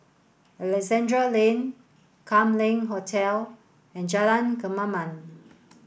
Alexandra Lane Kam Leng Hotel and Jalan Kemaman